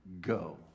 go